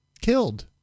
killed